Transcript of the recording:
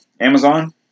Amazon